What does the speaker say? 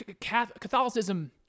Catholicism